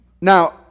Now